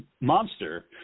monster